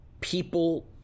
people